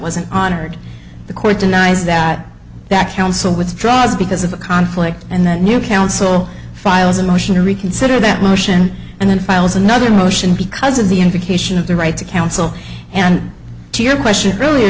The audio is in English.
wasn't honored the court denies that that counsel withdraws because of a conflict and then you counsel files a motion to reconsider that motion and then files another motion because of the invocation of the right to counsel and to your question rea